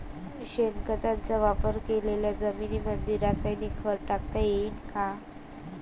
शेणखताचा वापर केलेल्या जमीनीमंदी रासायनिक खत टाकता येईन का?